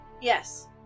yes